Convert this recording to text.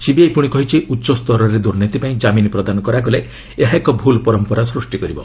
CBI ପୁଣି କହିଛି ଉଚ୍ଚସ୍ତରରେ ଦୁର୍ନୀତି ପାଇଁ କାମିନ୍ ପ୍ରଦାନ କରାଗଲେ ଏହା ଏକ ଭ୍ରଲ୍ ପରମ୍ପରା ସୃଷ୍ଟି କରିବ